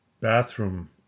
bathroom